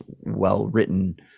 well-written